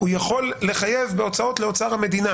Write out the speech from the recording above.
הוא יכול לחייב בהוצאות לאוצר המדינה,